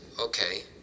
okay